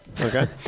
okay